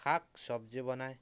শাক চব্জি বনাই